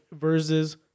Versus